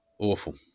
Awful